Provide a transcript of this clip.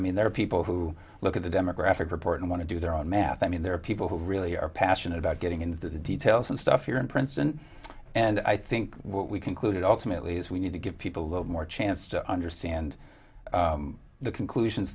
i mean there are people who look at the demographic report and want to do their own math i mean there are people who really are passionate about getting into the details and stuff here in princeton and i think what we concluded ultimately is we need to give people a little more chance to understand the conclusion